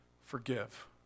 Forgive